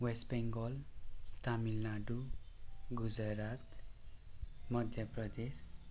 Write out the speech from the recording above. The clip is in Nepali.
वेस्ट बेङ्गाल तामिलनाडु गुजरात मध्य प्रदेश